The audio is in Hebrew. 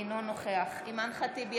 אינו נוכח אימאן ח'טיב יאסין,